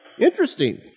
Interesting